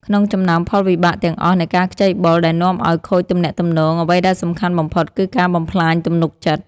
ក្នុងចំណោមផលវិបាកទាំងអស់នៃការខ្ចីបុលដែលនាំឲ្យខូចទំនាក់ទំនង អ្វីដែលសំខាន់បំផុតគឺការបំផ្លាញទំនុកចិត្ត។